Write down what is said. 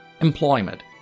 Employment